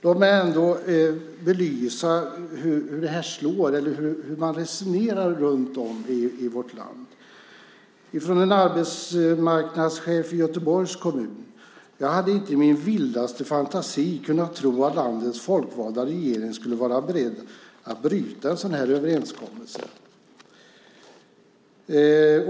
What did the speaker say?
Låt mig ändå belysa hur man resonerar runt om i vårt land. En arbetsmarknadschef i Göteborgs kommun säger: "Jag hade inte i min vildaste fantasi kunnat tro att landets folkvalda regering skulle vara beredda att bryta en sådan här överenskommelse."